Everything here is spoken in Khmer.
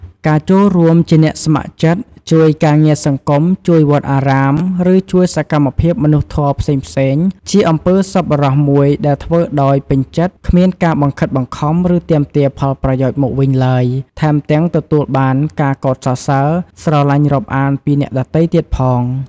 ការចូលរួមជាអ្នកស្ម័គ្រចិត្ត ជួយការងារសង្គម ជួយវត្តអារាម ឬជួយសកម្មភាពមនុស្សធម៌ផ្សេងៗ ជាអំពើសប្បុរសមួយដែលធ្វើដោយពេញចិត្ត គ្មានការបង្ខិតបង្ខំឫទាមទារផលប្រយោជន៍មកវិញទ្បើយ ថែមទាំងទទួលបានការកោតសរសើរ ស្រទ្បាញ់រាប់អានពីអ្នកដទៃទៀតផង។